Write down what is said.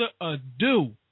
ado